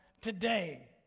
today